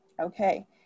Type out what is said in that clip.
Okay